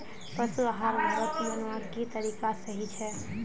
पशु आहार घोरोत बनवार की तरीका सही छे?